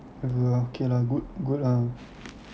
whatever ah okay lah good good ah